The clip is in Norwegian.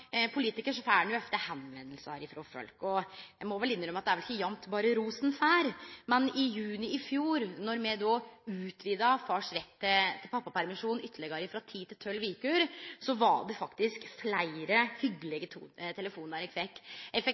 politikar får ein ofte førespurnader frå folk. Eg må vel innrømme at det jamt ikkje berre er ros ein får. Men i juni i fjor, då me utvida fars rett til pappapermisjon ytterlegare, frå ti til tolv veker, var det faktisk fleire hyggelege telefonar eg fekk.